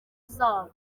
zabo